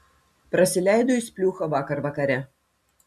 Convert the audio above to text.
prasileido jis pliūchą vakar vakare